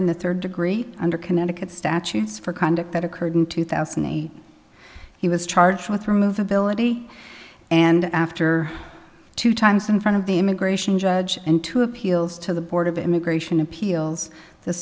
in the third degree under connecticut statutes for conduct that occurred in two thousand and eight he was charged with remove ability and after two times in front of the immigration judge and two appeals to the board of immigration appeals the